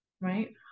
Right